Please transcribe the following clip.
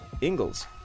Ingles